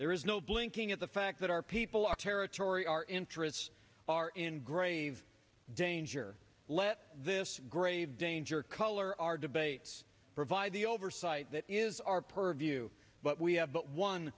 there is no blinking at the fact that our people our territory our interests are in grave danger let this grave danger color our debate provide the oversight that is our purview but we have but one